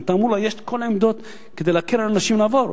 יש כל העמדות כדי להקל על אנשים לעבור.